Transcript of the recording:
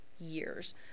years